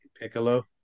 Piccolo